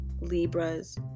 libras